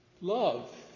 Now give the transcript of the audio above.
Love